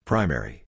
Primary